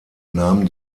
nahm